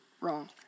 wrong